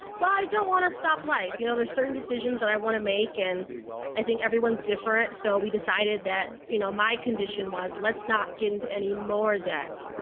well, i don't want to stop life. you know, there's certain decisions that i want to make and i think everyone's different. so we decided that, you know, my condition was, let's not get into any more debt.